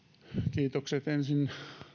kiitokset ensin